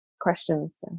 questions